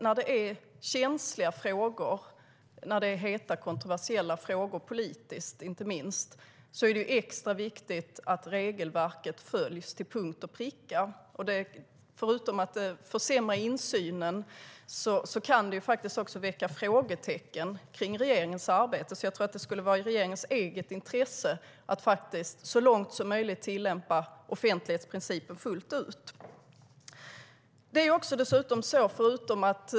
När det är känsliga, heta och kontroversiella frågor, inte minst politiskt, är det extra viktigt att regelverket följs till punkt och pricka. Förutom att insynen försämras kan det väcka frågetecken kring regeringens arbete, så jag tror att det skulle vara i regeringens eget intresse att så långt som möjligt tillämpa offentlighetsprincipen fullt ut.